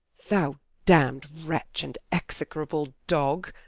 thou damned wretch and execrable dog,